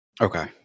Okay